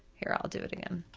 here, i'll do it again,